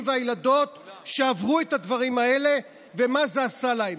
והילדות שעברו את הדברים האלה ומה זה עשה להם,